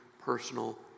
personal